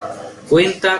cuenta